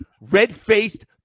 red-faced